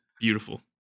beautiful